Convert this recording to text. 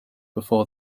before